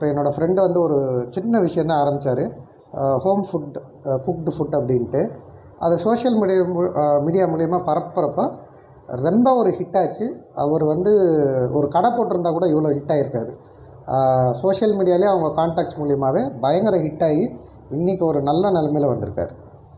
இப்போ என்னோடய ஃப்ரெண்டு வந்து ஒரு சின்ன விஷயம் தான் ஆரமித்தாருர் ஹோம்ஃபுட் குக்குடு ஃபுட் அப்படின்ட்டு அதை சோஷியல் மீடியா மு மீடியா மூலயமா பரப்புறப்போ ரொம்ப ஒரு ஹிட் ஆச்சு அவர் வந்து ஒரு கடை போட்டிருந்தா கூட இவ்வளோ ஹிட்டாயிருக்காது சோஷியல் மீடியாலையே அவங்க கான்டேக்ட்ஸ் மூலயமாவே பயங்கர ஹிட் ஆகி இன்றைக்கு ஒரு நல்ல நிலமைல வந்திருக்காரு